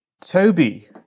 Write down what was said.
Toby